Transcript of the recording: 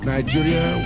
Nigeria